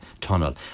tunnel